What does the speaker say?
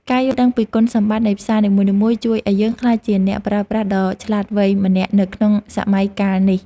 ការយល់ដឹងពីគុណសម្បត្តិនៃផ្សារនីមួយៗជួយឱ្យយើងក្លាយជាអ្នកប្រើប្រាស់ដ៏ឆ្លាតវៃម្នាក់នៅក្នុងសម័យកាលនេះ។